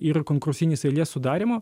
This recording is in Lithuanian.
ir konkursinės eilės sudarymo